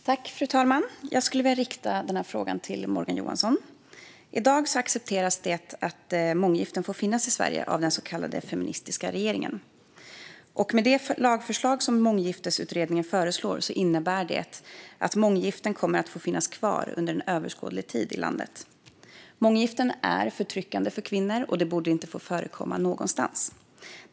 Fru talman! Jag skulle vilja rikta min fråga till Morgan Johansson. I dag accepterar den så kallade feministiska regeringen månggifte i Sverige. Det lagförslag som Månggiftesutredningen föreslår innebär att månggiften kommer att få finnas kvar i landet under överskådlig tid. Månggifte är förtryckande för kvinnor och borde inte få förekomma någonstans.